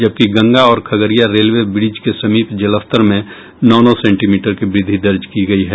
जबकि गंगा और Khagaria railway bridge के समीप जलस्तर में नौ नौ सेंटीमीटर की वृद्धि दर्ज की गयी है